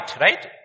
right